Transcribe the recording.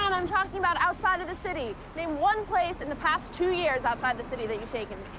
and i'm talking about outside of the city. name one place in the past two years outside the city that you've taken